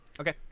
Okay